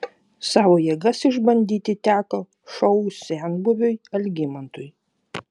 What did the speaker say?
savo jėgas išbandyti teko šou senbuviui algimantui